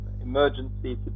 Emergency